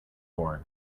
born